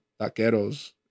taqueros